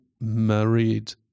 married